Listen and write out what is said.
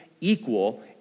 equal